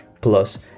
plus